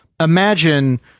imagine